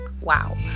Wow